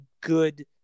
good